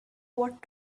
what